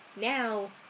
Now